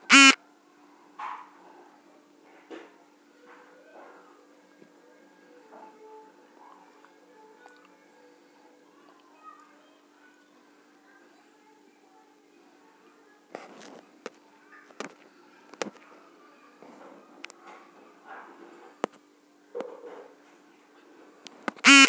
ನಾನು ನನ್ನ ಕಾರ್ಡನ್ನ ಕಳೆದುಕೊಂಡರೆ ಅದನ್ನ ಹೆಂಗ ಬಂದ್ ಮಾಡಿಸಬೇಕು?